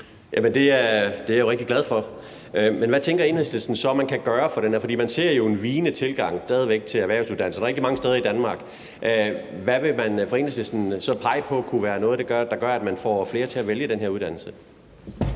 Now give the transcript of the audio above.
Det er jeg rigtig glad for. Hvad tænker Enhedslisten så man kan gøre? Man ser jo stadig væk en vigende tilgang til erhvervsuddannelser rigtig mange steder i Danmark, så hvad vil man fra Enhedslistens side pege på kunne være noget, der gør, at man får flere til at vælge den her uddannelse?